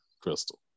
Crystal